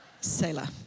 sailor